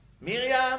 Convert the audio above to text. Miriam